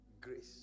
grace